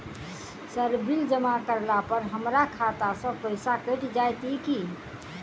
Sir bill जमा करला पर हमरा खाता सऽ पैसा कैट जाइत ई की?